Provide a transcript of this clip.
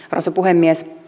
arvoisa puhemies